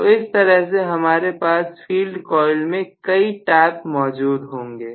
तो इस तरह से हमारे पास फील्ड कॉइल में कई टैप मौजूद होंगे